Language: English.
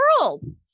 world